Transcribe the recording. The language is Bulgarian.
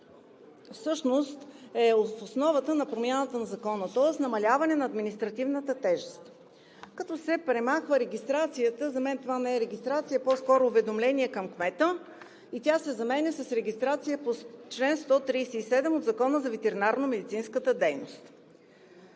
всъщност е основата на промяната на Закона, тоест намаляване на административната тежест, като се премахва регистрацията – за мен това не е регистрация, а по-скоро уведомление към кмета – и се заменя с регистрация по чл. 137 от Закона за ветеринарномедицинската дейност.